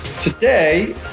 Today